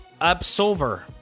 absolver